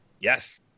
Yes